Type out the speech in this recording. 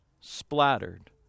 splattered